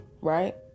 right